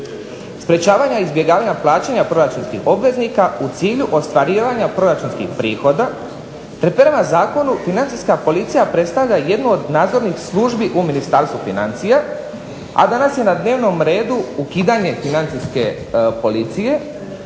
sprječavanja izbjegavanja plaćanja poreznih obveznika u cilju ostvarivanja proračunski prihoda, te prema Zakonu Financijska policija predstavlja jednu od nadzornih službi u Ministarstvu financija. A danas je na dnevnom redu ukidanje Financijske policije,